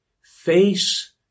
face